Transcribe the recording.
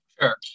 Sure